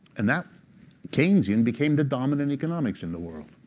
and that keynesian became the dominant economics in the world,